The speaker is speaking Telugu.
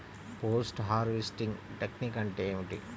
పోస్ట్ హార్వెస్టింగ్ టెక్నిక్ అంటే ఏమిటీ?